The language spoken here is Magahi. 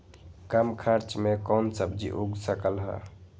कम खर्च मे कौन सब्जी उग सकल ह?